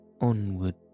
onward